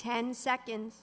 ten seconds